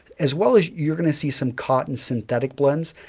as well as you're going to see some cotton synthetic blends.